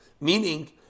Meaning